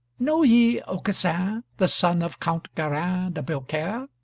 know ye aucassin, the son of count garin de biaucaire?